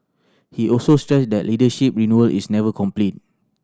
he also stressed that leadership renewal is never complete